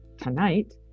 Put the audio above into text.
tonight